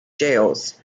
jails